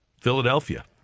Philadelphia